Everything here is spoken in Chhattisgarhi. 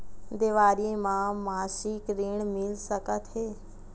देवारी म मासिक ऋण मिल सकत हे?